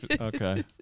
Okay